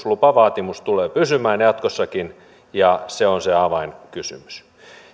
lupavaatimus tulee pysymään jatkossakin ja se on se avainkysymys